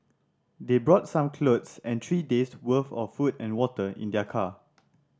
they brought some clothes and three days' worth of food and water in their car